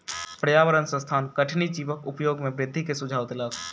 पर्यावरण संस्थान कठिनी जीवक उपयोग में वृद्धि के सुझाव देलक